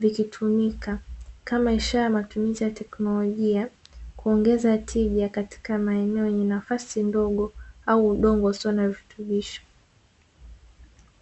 vikitumika kama: ishara ya matumizi ya teknolojia, kuongeza tija katika maeneo yenye nafasi ndogo au udongo usio na virutubisho.